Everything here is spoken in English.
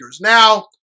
Now